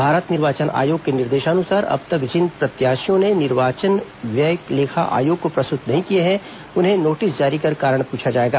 भारत निर्वाचन आयोग के निर्देशानुसार अब तक जिन प्रत्याशियों ने अपने निर्वाचन के व्यय लेखे आयोग को प्रस्तुत नहीं किए हैं उन्हें नोटिस जारी कर कारण पूछा जाएगा